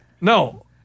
No